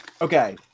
Okay